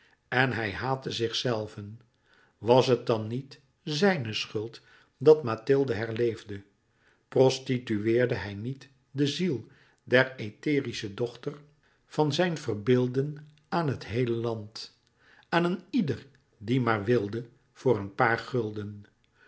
en hij haatte zichzelven was het dan niet zijne schuld dat mathilde herleefde prostitueerde hij niet de ziel der etherische dochter van zijn verbeelden aan het heele land aan een ieder die maar wilde voor een paar gulden